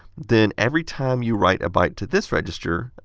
then every time you write a byte to this register,